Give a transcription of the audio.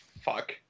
fuck